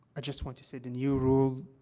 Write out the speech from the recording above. i just want to say, the new rule,